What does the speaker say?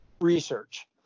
research